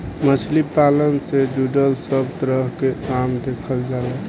मछली पालन से जुड़ल सब तरह के काम देखल जाला